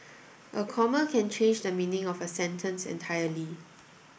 a comma can change the meaning of a sentence entirely